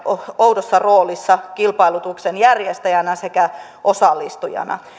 oudossa roolissa kilpailutuksen järjestäjänä sekä osallistujana